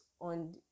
on